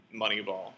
moneyball